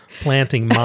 planting